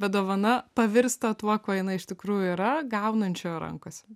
bet dovana pavirsta tuo kuo jinai iš tikrųjų yra gaunančiojo rankose